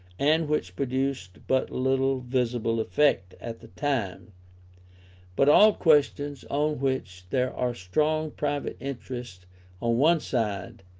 and which produced but little visible effect at the time but all questions on which there are strong private interests on one side,